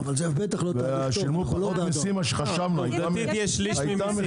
תמיד יש שליש ממיסים.